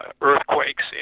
earthquakes